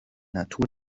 natur